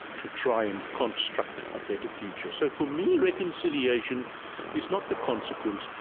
to try and construct a better future. so, for me, reconciliation is not the consequence.